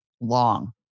long